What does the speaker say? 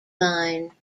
line